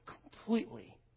completely